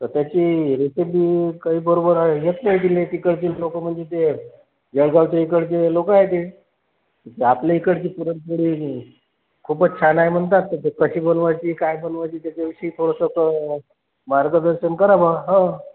तर त्याची रेसिपी काही बरोबर येत नाही तिला तिकडची लोकं म्हणजे ते जळगावच्या इकडचे लोकं आहे ते आपल्या इकडची पुरणपोळी खूपच छान आहे म्हणतात तर ती कशी बनवायची काय बनवायची त्याच्याविषयी थोडंसं मार्गदर्शन करा मग हा